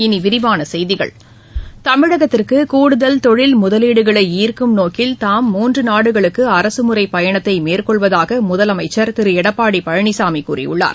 இனி விரிவான செய்திகள் தமிழகத்திற்கு கூடுதல் தொழில் முதலீடுகளை ஈர்க்கும் நோக்கில் தாம் மூன்று நாடுகளுக்கு அரசுமுறைப் பயணத்தை மேற்கொள்வதாக முதலமைச்சர் திரு எடப்பாடி பழனிசாமி கூறியுள்ளார்